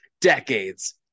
Decades